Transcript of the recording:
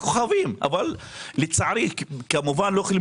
הבאתי כוכבים אבל לצערי כמובן לא יכולים